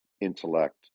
intellect